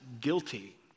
guilty